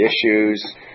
issues